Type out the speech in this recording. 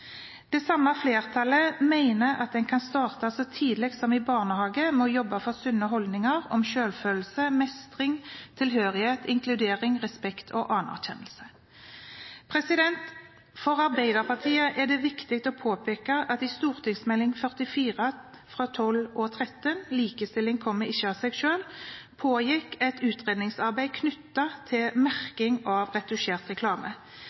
Det samme flertallet mener at en kan starte så tidlig som i barnehagen med å jobbe for sunne holdninger om selvfølelse, mestring, tilhørighet, inkludering, respekt og anerkjennelse. For Arbeiderpartiet er det viktig å påpeke at i forbindelse med Meld. St. 44 for 2012–2013, Likestilling kommer ikke av seg selv, pågikk det et utredningsarbeid knyttet til merking av retusjert reklame,